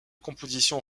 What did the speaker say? composition